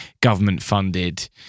government-funded